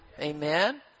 amen